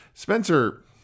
Spencer